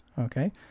Okay